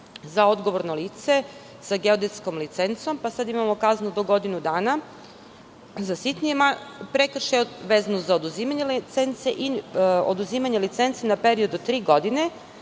za odgovorno lice sa geodetskom licencom. Imamo kaznu do godinu dana za sitnije prekršaje i kaznu za oduzimanje licence i oduzimanje licence na period od tri godine